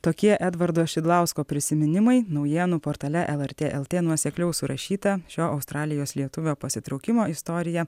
tokie edvardo šidlausko prisiminimai naujienų portale lrt lt nuosekliau surašyta šio australijos lietuvio pasitraukimo istorija